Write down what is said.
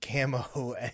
camo